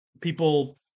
People